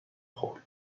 خورد